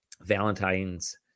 Valentine's